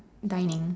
dining